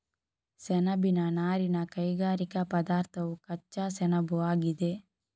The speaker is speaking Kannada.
ಸೆಣಬಿನ ನಾರಿನ ಕೈಗಾರಿಕಾ ಪದಾರ್ಥವು ಕಚ್ಚಾ ಸೆಣಬುಆಗಿದೆ